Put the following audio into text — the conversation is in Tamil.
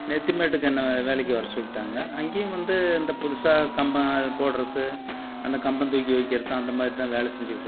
நெத்திமேட்டுக்கு என்ன வே வேலைக்கு வர சொல்லிட்டாங்க அங்கேயும் வந்து அந்த புதுசாக கம்பை போடுறது அந்த கம்பம் தூக்கி வைக்கிறது அந்த மாதிரி தான் வேலை செஞ்சிக்கிட்டு இருந்தோம்